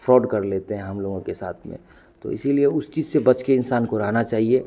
fraud कर लेते हैं हम लोगों के साथ में तो इसीलिए उस चीज़ से बचकर इंसान को रहना चाहिए